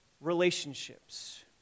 relationships